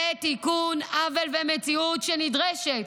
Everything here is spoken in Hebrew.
זה תיקון עוול ומציאות נדרשת,